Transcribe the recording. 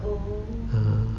hmm